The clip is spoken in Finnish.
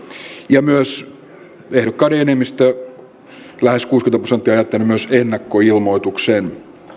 ja ehdokkaiden enemmistö lähes kuusikymmentä prosenttia on jättänyt myös ennakkoilmoituksen